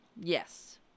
yes